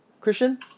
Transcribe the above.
Christian